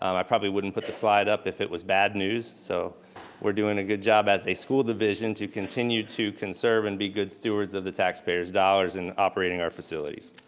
um i probably wouldn't put the slide up if it was bad news. so we're doing a good job as a school division to continue to conserve and be good stewards of the taxpayers dollars in operating our facilities.